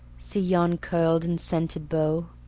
see yon curled and scented beau,